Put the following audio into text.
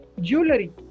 jewelry